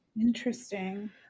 interesting